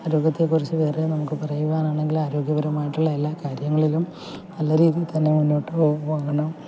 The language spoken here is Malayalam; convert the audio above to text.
ആരോഗ്യത്തെക്കുറിച്ച് വേറെ നമുക്ക് പറയുവാനാണെങ്കിൽ ആരോഗ്യപരമായിട്ടുള്ള എല്ലാ കാര്യങ്ങളിലും നല്ല രീതിയിൽ തന്നെ മുന്നോട്ട് പോകുമ്പോൾ